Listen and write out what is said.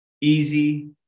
easy